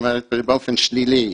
באופן שלילי.